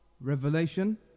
revelation